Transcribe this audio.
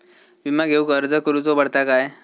विमा घेउक अर्ज करुचो पडता काय?